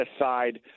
aside